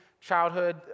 childhood